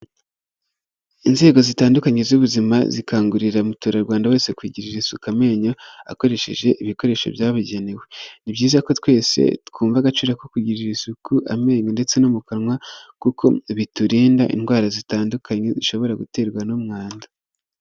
Inzego zitandukanye z'ubuzima zikangurira umuturarwanda wese kugirira isuku amenyo akoresheje ibikoresho byabugenewe. Ni byiza ko twese twumva agaciro ko kugirira isuku amenyo ndetse no mu kanwa kuko biturinda indwara zitandukanye ushobora guterwa n'umwanda.